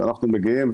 כשאנחנו מגיעים,